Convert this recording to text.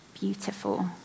beautiful